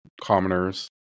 commoners